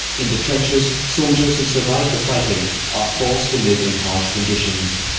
in the trenches, soldiers who survived the fighting are forced to live in harsh conditions.